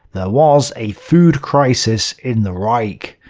there was a food crisis in the reich.